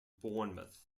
bournemouth